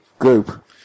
group